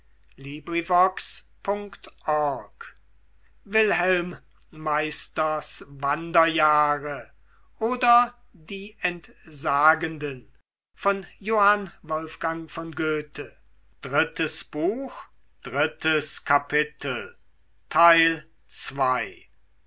wilhelm meisters wanderjahre oder die entsagenden